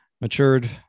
matured